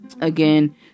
Again